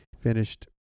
finished